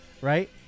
right